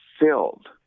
filled